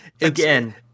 Again